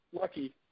Lucky